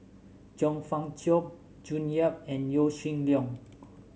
Chong Fah Cheong June Yap and Yaw Shin Leong